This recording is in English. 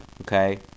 okay